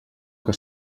que